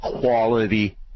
quality